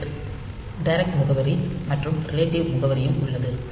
jet direct முகவரி மற்றும் relative முகவரியும் உள்ளது